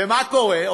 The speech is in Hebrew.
ומה קורה?